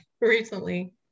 recently